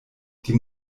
die